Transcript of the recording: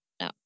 No